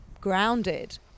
grounded